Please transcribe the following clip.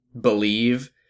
believe